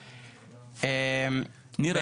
ניר,